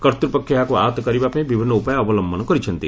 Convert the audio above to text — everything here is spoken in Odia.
କର୍ତ୍ତ୍ୱପକ୍ଷ ଏହାକୁ ଆୟତ୍ତ କରିବାପାଇଁ ବିଭିନ୍ନ ଉପାୟ ଅବଲମ୍ଭନ କରିଛନ୍ତି